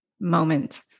moment